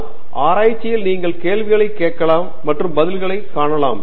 டங்கிராலா ஆனால் ஆராய்ச்சியில் நீங்கள் கேள்விகளைக் கேட்கலாம் மற்றும் பதில்களைக் காணலாம்